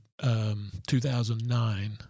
2009